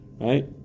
right